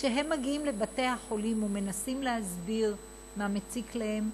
כשהם מגיעים לבתי-החולים ומנסים להסביר מה מציק להם,